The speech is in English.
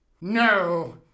No